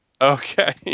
Okay